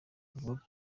avuga